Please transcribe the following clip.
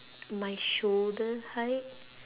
my shoulder height